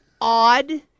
odd